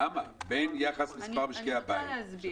אני רוצה להסביר.